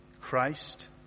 Christ